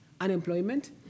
unemployment